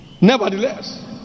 Nevertheless